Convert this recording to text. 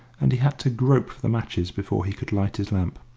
and he had to grope for the matches before he could light his lamp.